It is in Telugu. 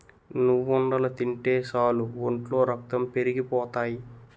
నువ్వుండలు తింటే సాలు ఒంట్లో రక్తం పెరిగిపోతాయి